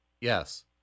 Yes